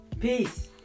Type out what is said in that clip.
peace